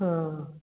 हाँ